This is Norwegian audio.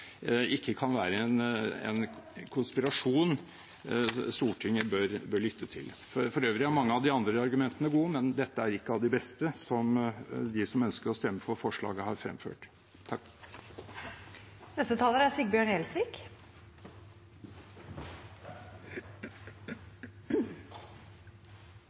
ikke kan være en konspirasjon Stortinget bør lytte til. For øvrig er mange av de andre argumentene gode, men dette er ikke av de beste som de som ønsker å stemme for forslaget, har fremført.